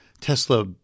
tesla